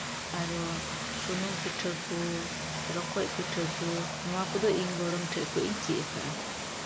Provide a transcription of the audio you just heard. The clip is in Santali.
ᱟᱨᱚ ᱥᱩᱱᱩᱢ ᱯᱤᱴᱷᱟᱹ ᱠᱚ ᱨᱚᱠᱚᱡ ᱯᱤᱴᱷᱟᱹ ᱠᱚ ᱱᱚᱣᱟ ᱠᱚᱫᱚ ᱤᱧ ᱜᱚᱲᱚᱢ ᱴᱷᱮᱡ ᱠᱷᱚᱡ ᱤᱧ ᱪᱮᱫ ᱠᱟᱜᱼᱟ